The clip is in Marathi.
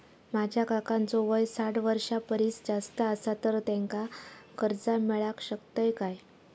माझ्या काकांचो वय साठ वर्षां परिस जास्त आसा तर त्यांका कर्जा मेळाक शकतय काय?